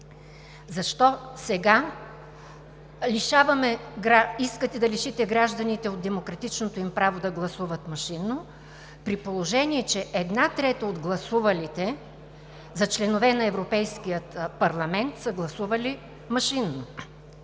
Защо сега искате да лишите граждани от демократичното им право да гласуват машинно, при положение че една трета от гласувалите за членове на европейския парламент са гласували машинно?